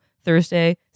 Thursday